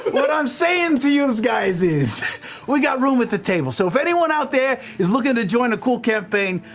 what i'm saying to youse guys is we got room at the table, so if anyone out there is looking to join a cool campaign,